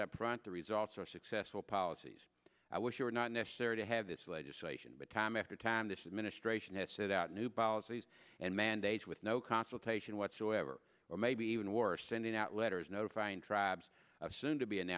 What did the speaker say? brought the results are successful policies i wish you were not necessary to have this legislation but time after time this administration has set out new policies and mandates with no consultation whatsoever or maybe even war sending out letters notifying tribes of soon to be an